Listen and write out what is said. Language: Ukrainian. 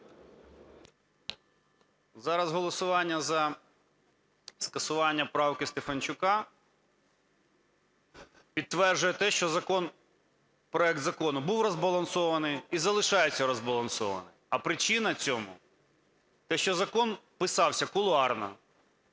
Зараз голосування за скасування правки Стефанчука підтверджує те, що закон, проект закону був розбалансований і залишається розбалансований. А причина цьому те, що закон писався кулуарно.